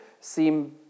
seem